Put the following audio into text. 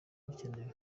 bikenewe